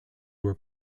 were